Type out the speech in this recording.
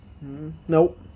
Nope